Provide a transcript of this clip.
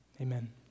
amen